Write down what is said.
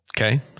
okay